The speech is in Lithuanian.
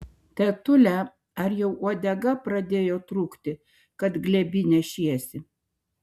tetule ar jau uodega pradėjo trūkti kad glėby nešiesi